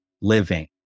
living